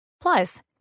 Plus